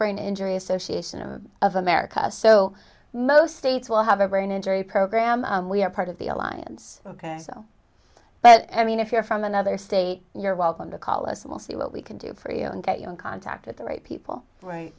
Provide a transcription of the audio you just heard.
brain injury association of america so most states will have a brain injury program we are part of the alliance ok but anyway if you're from another state you're welcome to call us we'll see what we can do for you and get you in contact with the right people